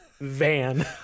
Van